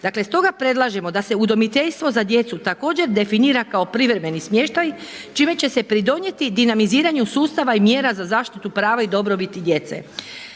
Dakle, stoga predlažemo da se udomiteljstvo za djecu također definira kao privremeni smještaj čime će se pridonijeti dinamiziranju sustava i mjera za zaštitu prava i dobrobiti djece.